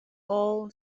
all